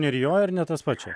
nerijoj ar ne tas pats čia